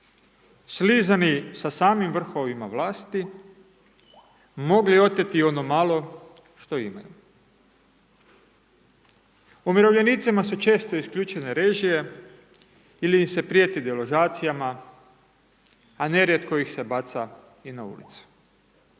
slizani sa samim vrhovima vlasti mogli oteti ono malo što imaju. Umirovljenicima su često isključene režije ili im se prijeti deložacijama, a nerijetko ih se baca i na ulicu.